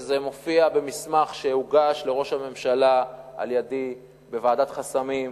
וזה מופיע במסמך שהוגש לראש הממשלה על-ידי בוועדת חסמים,